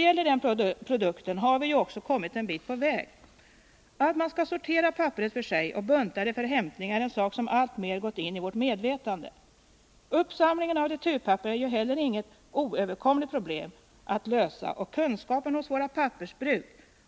Här har vi ju också kommit en bit på väg. Att man skall sortera papperet för sig och bunta det för hämtning är en sak som alltmer gått in i vårt medvetande. Uppsamlingen av returpapper är ju inte heller något oöverkomligt problem att lösa, och kunskapen